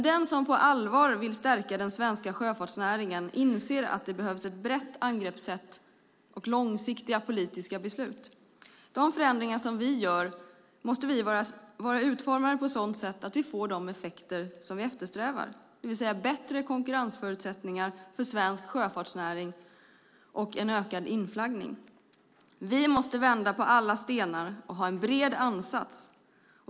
Den som på allvar vill stärka den svenska sjöfartsnäringen inser att det behövs ett brett angreppssätt och långsiktiga politiska beslut. De förändringar som vi gör måste vara utformade så att vi får de effekter som vi eftersträvar, det vill säga bättre konkurrensförutsättningar för svensk sjöfartsnäring och ökad inflaggning. Vi måste vända på alla stenar och ha en bred ansats.